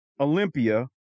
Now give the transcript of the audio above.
Olympia